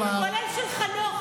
כולל של חנוך,